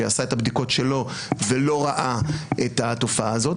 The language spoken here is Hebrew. שעשה את הבדיקות שלו ולא ראה את התופעה הזאת,